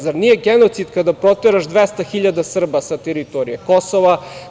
Zar nije genocid kada proteraš 200.000 Srba sa teritorije Kosova?